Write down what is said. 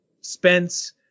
spence